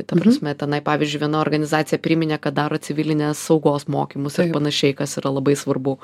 ta prasme tenai pavyzdžiui viena organizacija priminė kad daro civilinės saugos mokymus ir panašiai kas yra labai svarbu